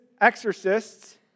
exorcists